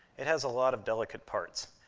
it has a lot of delicate parts.